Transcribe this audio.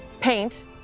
paint